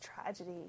tragedy